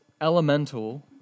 elemental